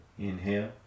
Inhale